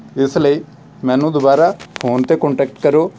ਇਸ ਲਈ ਮੈਨੂੰ ਦੁਬਾਰਾ ਫੋਨ 'ਤੇ ਕੋਂਟੈਕਟ ਕਰੋ